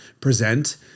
present